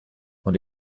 und